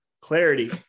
Clarity